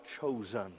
chosen